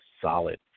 solid